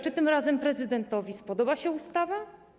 Czy tym razem prezydentowi spodoba się ustawa?